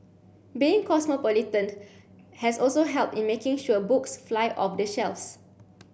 being cosmopolitan has also helped in making sure books fly off the shelves